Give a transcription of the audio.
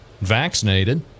vaccinated